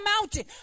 mountain